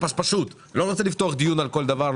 אני לא רוצה לפתוח דיון על כל דבר,